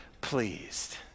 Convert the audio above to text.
pleased